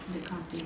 that kind of thing